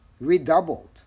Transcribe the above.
redoubled